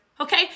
Okay